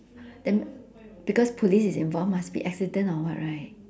then because police is involved must be accident or what right